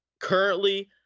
Currently